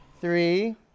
Three